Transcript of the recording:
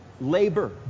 labor